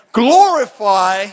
glorify